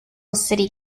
city